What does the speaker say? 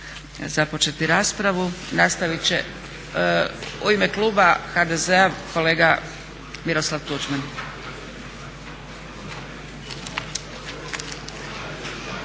započeti raspravu. Nastavit će u ime kluba HDZ-a kolega Miroslav Tuđman.